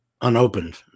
unopened